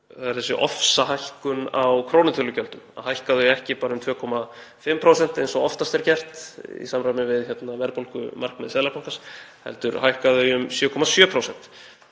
er þessi ofsahækkun á krónutölugjöldum. Þau eru hækkuð, ekki bara um 2,5% eins og oftast er gert í samræmi við verðbólgumarkmið Seðlabankans heldur hækka þau um 7,7%.